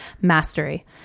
mastery